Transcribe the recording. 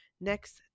next